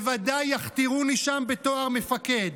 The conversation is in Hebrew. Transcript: בוודאי יכתירוני שם בתואר מפקד,